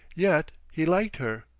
yet he liked her.